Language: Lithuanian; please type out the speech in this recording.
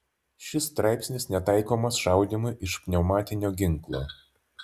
šis straipsnis netaikomas šaudymui iš pneumatinio ginklo